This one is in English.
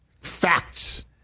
Facts